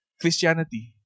Christianity